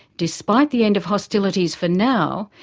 despite the end of hostilities for now,